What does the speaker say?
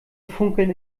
funkeln